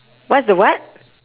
what's the what